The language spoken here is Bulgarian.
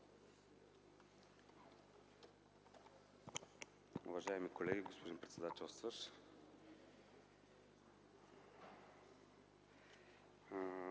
Уважаеми колеги, господин председателстващ!